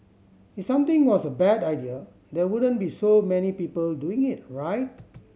if something was a bad idea there wouldn't be so many people doing it right